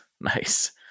nice